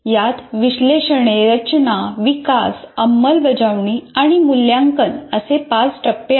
यात विश्लेषणे रचना विकास अंमलबजावणी आणि मूल्यांकन असे पाच टप्पे आहेत